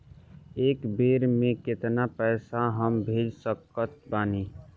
एक बेर मे केतना पैसा हम भेज सकत बानी?